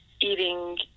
eating